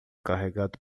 carregado